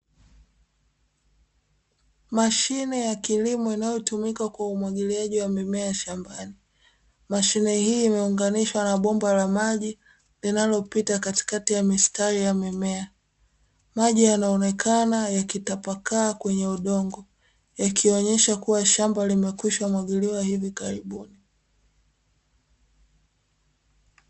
Mashine ya kilimo inayotumika kwa umwagiliaji wa mimea shambani. Mashine hii imeunganishwa na bomba la maji, linalopita katikati ya mistari ya mimea. Maji yanaonekana yakitapakaa kwenye udongo, yakionyesha kuwa shamba limekwisha mwagiliwa hivi karibuni.